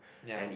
ya